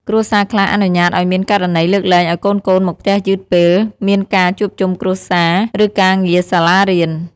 គ្រួសារខ្លះអនុញ្ញាតឱ្យមានករណីលើកលែងឱ្យកូនៗមកផ្ទះយឺតពេលមានការជួបជុំគ្រួសារ ឬការងារសាលារៀន។